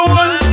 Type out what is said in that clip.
one